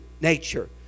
nature